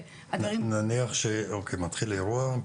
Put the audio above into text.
נניח שמתחיל אירוע.